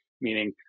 Meaning